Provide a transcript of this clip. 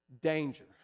danger